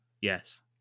Yes